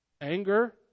Anger